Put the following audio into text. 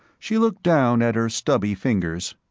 she looked down at her stubby fingers.